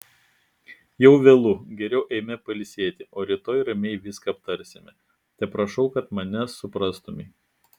jau vėlu geriau eime pailsėti o rytoj ramiai viską aptarsime teprašau kad mane suprastumei